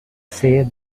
said